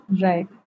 Right